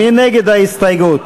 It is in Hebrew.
מי נגד ההסתייגות?